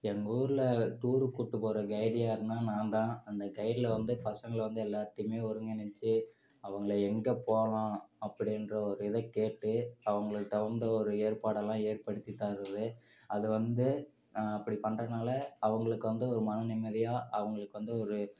எங்கூர்ல டூரு கூப்பிட்டு போகிற கைடு யாருனால் நாந்தான் அந்த கைட்டில் வந்து பசங்களை வந்து எல்லாத்தையுமே ஒருங்கிணைத்து அவங்களை எங்கே போகலாம் அப்படின்ற ஒரு இதை கேட்டு அவங்களுக்கு தகுந்த ஒரு ஏற்பாடெல்லாம் ஏற்படுத்தி தர்றது அது வந்து அப்படி பண்ணுறனால அவங்களுக்கு வந்து ஒரு மன நிம்மதியாக அவங்களுக்கு வந்து ஒரு